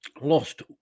lost